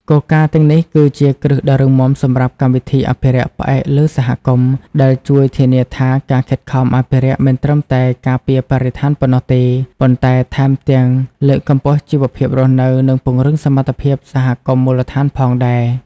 គោលការណ៍ទាំងនេះគឺជាគ្រឹះដ៏រឹងមាំសម្រាប់កម្មវិធីអភិរក្សផ្អែកលើសហគមន៍ ដែលជួយធានាថាការខិតខំអភិរក្សមិនត្រឹមតែការពារបរិស្ថានប៉ុណ្ណោះទេ ប៉ុន្តែថែមទាំងលើកកម្ពស់ជីវភាពរស់នៅ និងពង្រឹងសមត្ថភាពសហគមន៍មូលដ្ឋានផងដែរ។